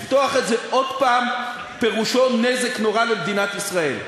לפתוח את זה עוד פעם פירושו נזק נורא למדינת ישראל.